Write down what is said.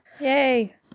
Yay